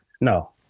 No